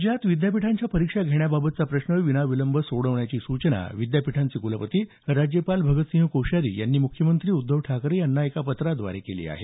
राज्यात विद्यापीठांच्या परीक्षा घेण्याबाबतचा प्रश्न विनाविलंब सोडवण्याची सूचना विद्यापीठांचे कुलपती राज्यपाल भगतसिंह कोश्यारी यांनी मुख्यमंत्री उद्धव ठाकरे यांना पत्राद्वारे केली आहे